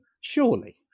surely